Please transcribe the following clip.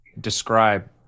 describe